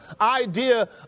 idea